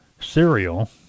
cereal